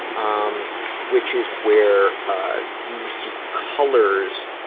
um which is where you see colors